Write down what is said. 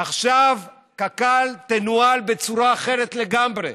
עכשיו קק"ל תנוהל בצורה אחרת לגמרי.